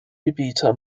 gebiete